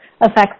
affects